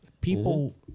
People